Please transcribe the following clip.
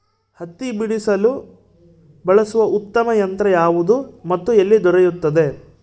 ಹತ್ತಿ ಬಿಡಿಸಲು ಬಳಸುವ ಉತ್ತಮ ಯಂತ್ರ ಯಾವುದು ಮತ್ತು ಎಲ್ಲಿ ದೊರೆಯುತ್ತದೆ?